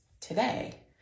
today